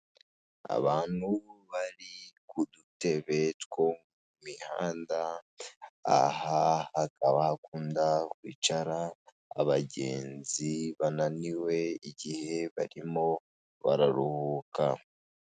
Abantu bari ku dutebe two ku mihanda, aha hakaba hakunda kwicara abagenzi bananiwe igihe barimo bararuhuka.